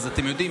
אז אתם יודעים,